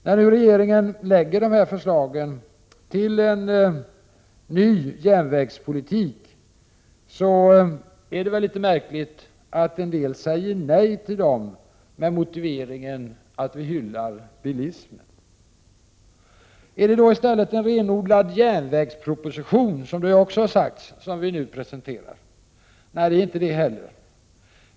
När nu regeringen lägger fram dessa förslag till en ny järnvägspolitik är det märkligt att en del säger nej till förslagen med den motiveringen att vi hyllar bilismen. Är det då, som det har sagts, en renodlad järnvägsproposition som vi nu presenterar? Nej, det är det inte heller.